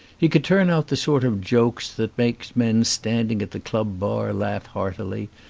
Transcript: he could turn out the sort of jokes that make men standing at the club bar laugh heartily,